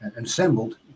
assembled